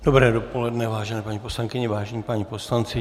Dobré dopoledne, vážené paní poslankyně, vážení páni poslanci.